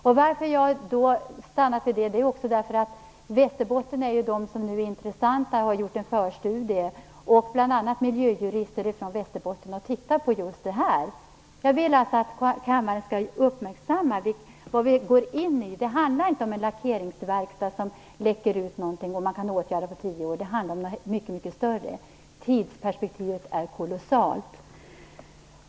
Det har jag också gjort därför att Västerbotten är ju det område som nu är intressant. Man har gjort en förstudie där bl.a. miljöjurister från Västerbotten har tittat på det här. Jag vill alltså att kammaren skall uppmärksammas på vad det är som vi går in i. Det handlar inte om en lackeringsverkstad som läcker ut någonting som kan åtgärdas på tio år, utan det handlar om någonting mycket större. Tidsperspektivet är kolossalt.